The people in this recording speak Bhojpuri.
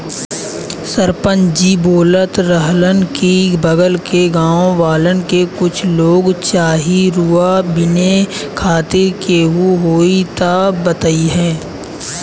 सरपंच जी बोलत रहलन की बगल के गाँव वालन के कुछ लोग चाही रुआ बिने खातिर केहू होइ त बतईह